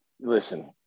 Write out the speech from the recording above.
listen